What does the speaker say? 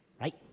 Right